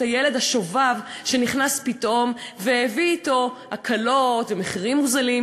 את הילד השובב שנכנס פתאום והביא אתו הקלות ומחירים מוזלים.